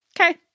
Okay